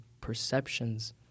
perceptions